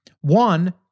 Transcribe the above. One